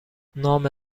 نام